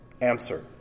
Answer